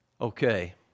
Okay